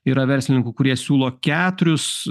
yra verslininkų kurie siūlo keturis